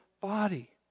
body